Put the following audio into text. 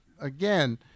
again